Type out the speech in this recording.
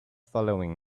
following